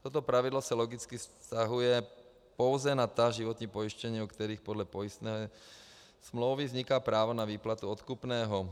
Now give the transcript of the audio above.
Toto pravidlo se logicky vztahuje pouze na ta životní pojištění, u kterých podle pojistné smlouvy vzniká právo na výplatu odkupného.